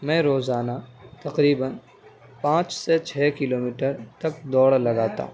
میں روزانہ تقریباََ پانچ سے چھ کیلو میٹر تک دوڑ لگاتا ہوں